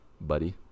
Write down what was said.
buddy